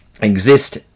exist